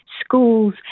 schools